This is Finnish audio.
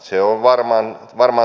se on varmaan totta